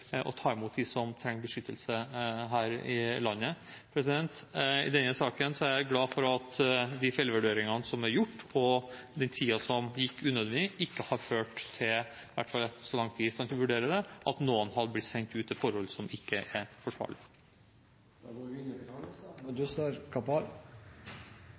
ta imot dem som trenger beskyttelse her i landet. I denne saken er jeg glad for at de feilvurderingene som er gjort, og den tiden som gikk unødig, ikke har ført til – i hvert fall så langt vi er i stand til å vurdere det – at noen har blitt sendt ut til forhold som ikke er